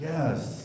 Yes